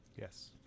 Yes